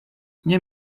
nie